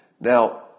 Now